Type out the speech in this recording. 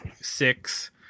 six